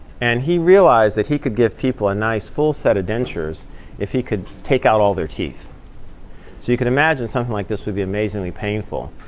and he realized that he could give people a nice full set of dentures if he could take out all their teeth. so you can imagine something like this would be amazingly painful.